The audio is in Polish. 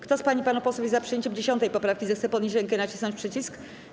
Kto z pań i panów posłów jest za przyjęciem 10. poprawki, zechce podnieść rękę i nacisnąć przycisk.